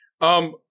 Um-